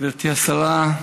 גברתי השרה,